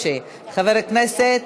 חברי כנסת,